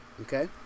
Okay